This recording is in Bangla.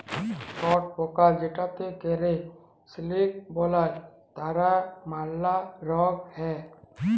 ছট পকা যেটতে ক্যরে সিলিক বালাই তার ম্যালা রগ হ্যয়